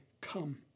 come